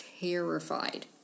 terrified